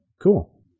Cool